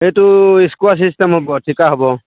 এইটো স্কুৱাৰ ছিষ্টেম হ'ব ঠিকা হ'ব অঁ